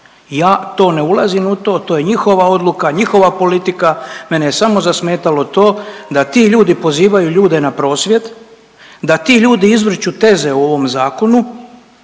Ja to ne ulazim u to, to je njihova odluka, njihova politika, mene je samo zasmetalo to da ti ljudi pozivaju ljude na prosvjed, da ti ljudi izvrću teze o ovom zakonu,